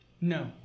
No